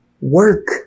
work